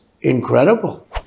incredible